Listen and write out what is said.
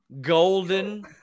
Golden